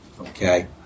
Okay